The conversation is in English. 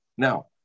Now